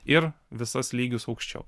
ir visus lygius aukščiau